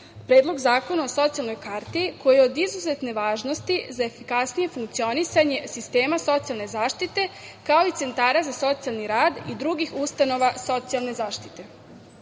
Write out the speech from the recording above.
Predlog zakona o socijalnoj karti koji je od izuzetne važnosti za efikasnije funkcionisanje sistema socijalne zaštite, kao i centara za socijalni rad i drugih ustanova socijalne zaštite. Posebnu